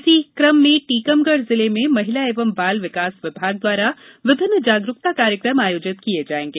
इसी कम में टीकमगढ़ जिले में महिला एवं बाल विकास विभाग द्वारा विभिन्न जागरूकता कार्यक्रम आयोजित किये जायेंगे